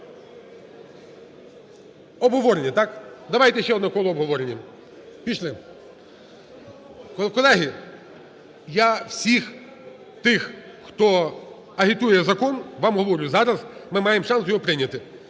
Обговорення, так? Давайте ще одне коло обговорення, пішли. Колеги, я всіх тих, хто агітує закон, вам говорю: зараз ми маємо шанс його прийняти.